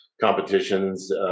competitions